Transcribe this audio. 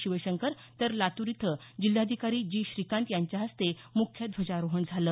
शिवशंकर तर लातूर इथं जिल्हाधिकारी जी श्रीकांत यांच्या हस्ते मुख्य ध्वजारोहण झालं